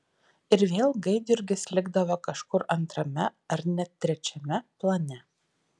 ir vėl gaidjurgis likdavo kažkur antrame ar net trečiame plane